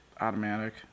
automatic